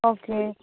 okay